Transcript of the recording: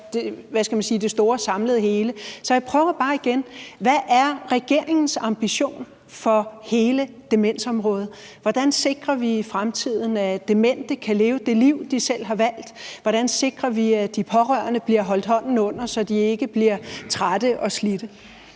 hvad skal man sige, det store samlede hele. Så jeg prøver bare igen: Hvad er regeringens ambition for hele demensområdet? Hvordan sikrer vi i fremtiden, at demente kan leve det liv, de selv har valgt? Hvordan sikrer vi, at hånden bliver holdt under de pårørende, så de ikke bliver trætte og slidte?